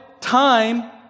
time